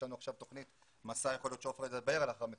יש לנו עכשיו תוכנית מסע שיכול להיות שידברו עליה לאחר מכן.